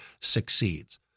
succeeds